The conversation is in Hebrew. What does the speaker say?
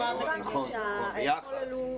גם אבחונים דידקטיים --- זה ביחד.